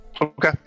Okay